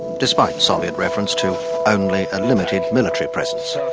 despite soviet reference to only a limited military presence. so